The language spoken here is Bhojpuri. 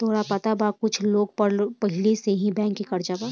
तोहरा पता बा कुछ लोग पर पहिले से ही बैंक के कर्जा बा